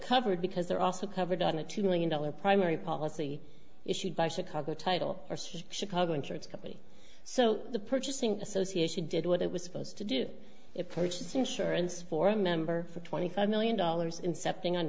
covered because they're also covered on a two million dollar primary policy issued by chicago title or some chicago insurance company so the purchasing association did what it was supposed to do it purchase insurance for a member for twenty five million dollars in setting on